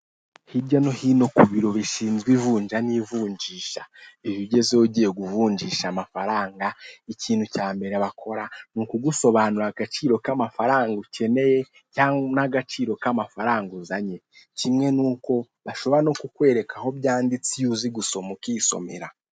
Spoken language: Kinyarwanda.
Hirya no hino ku biro bishinzwe ivunja n'ivunjisha, iyo ugezeyo ugiye kuvunjisha amafaranga, ikintu cyambere bakora ni ukugusobanurira agaciro k'amafaranga ukeneye n'agaciro k'amafaranga uzanye kimwe nuko bashobora no kukwereka aho byanditse iyo uzi gusoma ukisomera.